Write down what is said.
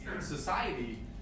society